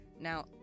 Now